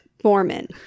Foreman